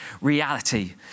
reality